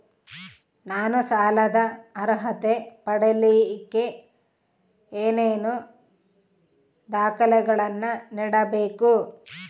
ನಾನು ಸಾಲದ ಅರ್ಹತೆ ಪಡಿಲಿಕ್ಕೆ ಏನೇನು ದಾಖಲೆಗಳನ್ನ ನೇಡಬೇಕು?